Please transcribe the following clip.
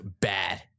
bad